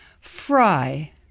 Fry